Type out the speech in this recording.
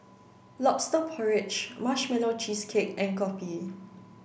lobster porridge marshmallow cheesecake and Kopi